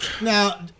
Now